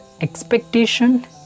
expectation